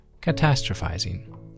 catastrophizing